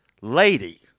Lady